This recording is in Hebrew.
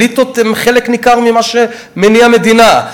אליטות הן חלק ניכר ממה שמניע מדינה.